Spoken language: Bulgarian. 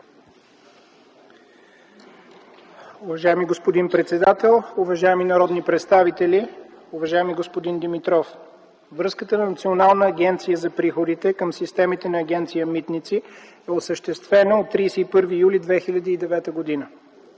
Уважаеми господин председател, уважаеми народни представители, уважаеми господин Димитров! Връзката на Националната агенция за приходите към системите на Агенция „Митници” е осъществена от 31 юли 2009 г.